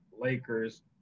Lakers